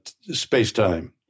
space-time